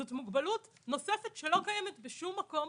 זאת מוגבלות נוספת שלא קיימת בשום מקום.